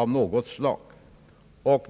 av något slag.